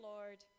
Lord